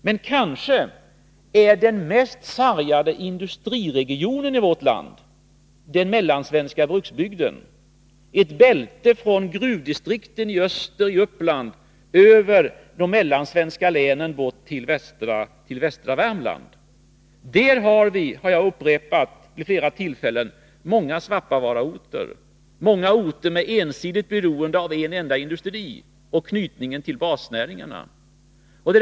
Men kanske är den mest sargade industriregionen i vårt land den mellansvenska bruksbygden — ett bälte från gruvdistrikten i östra Uppland över de mellansvenska länen bort till västra Värmland. Där har vi — det har jag upprepat vid flera tillfällen — många Svappavaaraorter, dvs. orter med ensidigt beroende av en enda industri och anknytning till basnäringarna.